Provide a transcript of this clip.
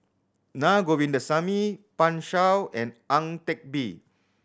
Na Govindasamy Pan Shou and Ang Teck Bee